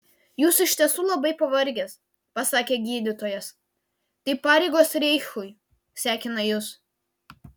jūs iš tiesų labai pavargęs pasakė gydytojas tai pareigos reichui sekina jus